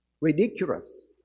ridiculous